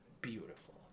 Beautiful